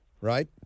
right